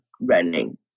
running